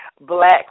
black